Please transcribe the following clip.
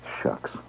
Shucks